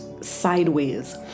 sideways